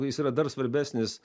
jis yra dar svarbesnis